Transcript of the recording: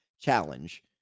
challenge